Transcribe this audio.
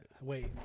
Wait